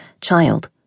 child